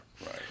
Right